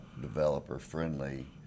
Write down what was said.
developer-friendly